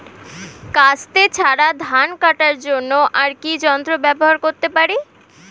কাস্তে ছাড়া ধান কাটার জন্য আর কি যন্ত্র ব্যবহার করতে পারি?